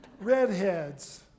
redheads